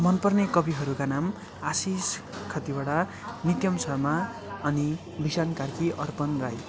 मनपर्ने कविहरूका नाम आशिष खतिवडा नित्यम शर्मा अनि विसन कार्की अर्पण राई